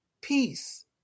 peace